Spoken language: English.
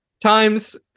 times